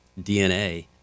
DNA